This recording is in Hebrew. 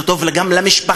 זה טוב גם למשפחה,